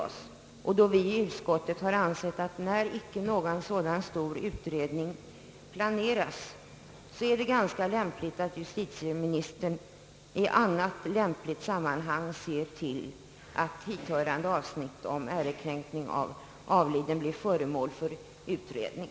Därför har vi i utskottet ansett att när någon sådan stor utredning nu icke planeras är det ganska befogat att justitieministern i lämpligt sammanhang ser till att hithörande avsnitt om ärekränkning av avliden blir föremål för utredning.